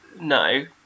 no